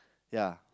ya